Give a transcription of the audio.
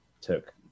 took